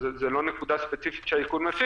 זו לא נקודה ספציפית שהאיכון נותן